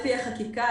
לפי החקיקה,